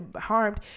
harmed